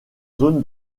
zone